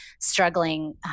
struggling